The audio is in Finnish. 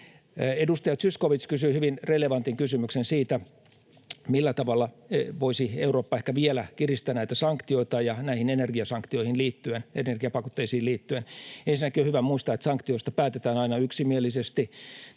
Edustaja Zyskowicz kysyi hyvin relevantin kysymyksen siitä, millä tavalla voisi Eurooppa ehkä vielä kiristää näitä sanktioita, ja näihin energiasanktioihin liittyen, energiapakotteisiin liittyen: Ensinnäkin on hyvä muistaa, että sanktioista päätetään aina yksimielisesti.